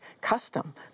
custom